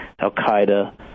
Al-Qaeda